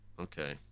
okay